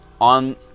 on